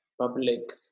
public